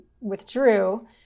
withdrew